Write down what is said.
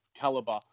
caliber